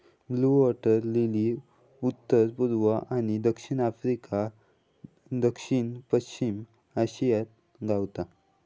blue water lily उत्तर पुर्वी आणि दक्षिण आफ्रिका, दक्षिण पश्चिम आशियात गावता